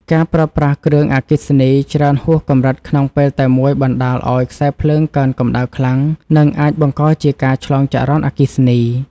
ការប្រើប្រាស់គ្រឿងអគ្គិសនីច្រើនហួសកម្រិតក្នុងពេលតែមួយបណ្តាលឱ្យខ្សែភ្លើងកើនកម្តៅខ្លាំង និងអាចបង្កជាការឆ្លងចរន្តអគ្គិសនី។